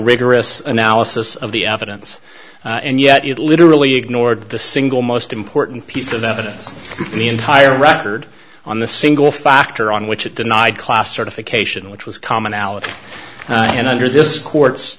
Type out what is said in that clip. rigorous analysis of the evidence and yet you literally ignored the single most important piece of evidence in the entire record on the single factor on which it denied class certification which was commonality and under this court